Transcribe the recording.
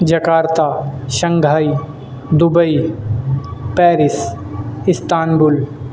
Jakarta Shanghai Dubai Paris Istanbul